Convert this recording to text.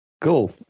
cool